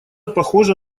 похожа